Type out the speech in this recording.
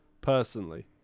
personally